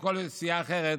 וכל סיעה אחרת,